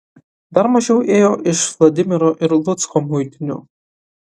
dar mažiau ėjo iš vladimiro ir lucko muitinių